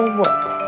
work